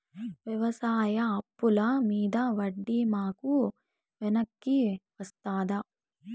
వ్యవసాయ అప్పుల మీద వడ్డీ మాకు వెనక్కి వస్తదా?